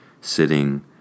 sitting